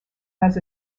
has